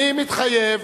"אני מתחייב